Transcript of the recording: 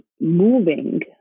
moving